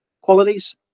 qualities